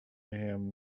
him